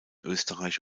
österreich